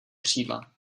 křídla